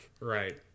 Right